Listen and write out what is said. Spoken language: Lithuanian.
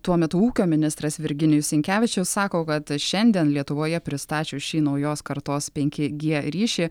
tuo metu ūkio ministras virginijus sinkevičius sako kad šiandien lietuvoje pristačius šį naujos kartos penki gie ryšį